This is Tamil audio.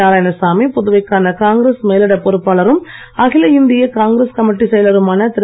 நாராயணசாமி புதுவைக்கான காங்கிரஸ் மேலிடப் பொறுப்பாளரும் அகில இந்திய காங்கிரஸ் கமிட்டி செயலருமான திரு